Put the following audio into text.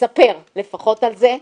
לספר לפחות על זה,